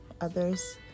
others